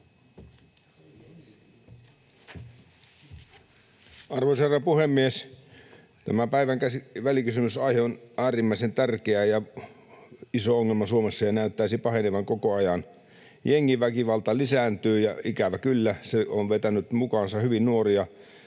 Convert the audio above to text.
Arvoisa herra puhemies! Tämän päivän välikysymysaihe on äärimmäisen tärkeä ja iso ongelma Suomessa ja näyttäisi pahenevan koko ajan. Jengiväkivalta lisääntyy, ja ikävä kyllä se on vetänyt mukaansa hyvin nuoria,